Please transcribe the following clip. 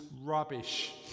rubbish